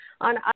on